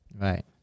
Right